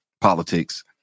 politics